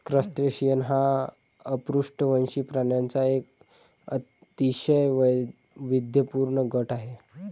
crustacean हा अपृष्ठवंशी प्राण्यांचा एक अतिशय वैविध्यपूर्ण गट आहे